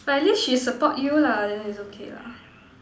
but at least she support you lah then it's okay lah